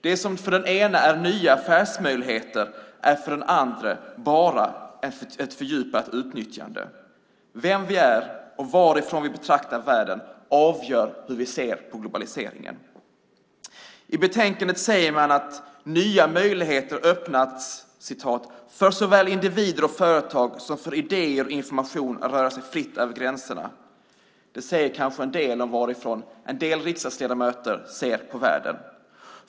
Det som för den ene är nya affärsmöjligheter är för den andre bara ett fördjupat utnyttjande. Vem vi är och varifrån vi betraktar världen avgör hur vi ser på globaliseringen. I betänkandet säger man att nya möjligheter öppnats "för såväl individer och företag som för idéer och information att fritt röra sig över gränserna". Det säger kanske en del om varifrån en del riksdagsledamöter ser på världen.